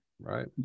Right